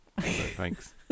Thanks